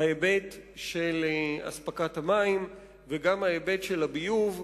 ההיבט של אספקת המים וגם ההיבט של הביוב.